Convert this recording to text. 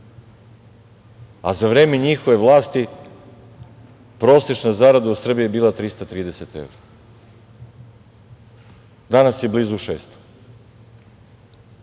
A za vreme njihove vlasti prosečna zarada u Srbiji je bila 330 evra, a danas je blizu 600,